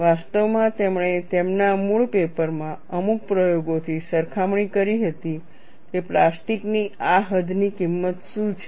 વાસ્તવમાં તેમણે તેમના મૂળ પેપરમાં અમુક પ્રયોગોથી સરખામણી કરી હતી કે પ્લાસ્ટિકની આ હદ ની કિંમત શું છે